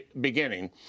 beginning